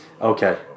Okay